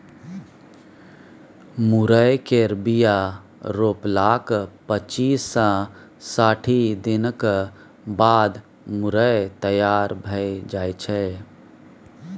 मुरय केर बीया रोपलाक पच्चीस सँ साठि दिनक बाद मुरय तैयार भए जाइ छै